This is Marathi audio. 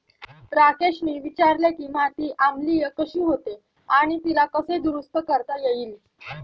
राकेशने विचारले की माती आम्लीय कशी होते आणि तिला कसे दुरुस्त करता येईल?